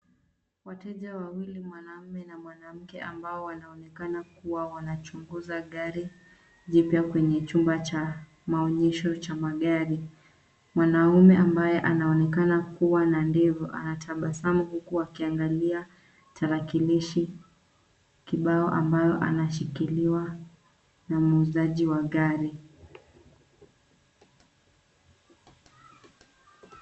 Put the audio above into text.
Wateja wawili mwanamke na mwanaume ambao wanaonekana kuwa wanachunguza gari jipya kwenye chumba cha maonyesho cha magari. Mwanaume ambaye anaonekana kuwa na ndevu anatabasamu huku akiangalia tarakilishi kibao ambayo anashikiliwa na muuzaji wa gari.